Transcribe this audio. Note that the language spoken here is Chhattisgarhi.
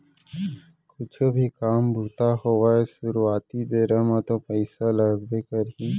कुछु भी काम बूता होवय सुरुवाती बेरा म तो पइसा लगबे करही